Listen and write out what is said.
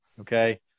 okay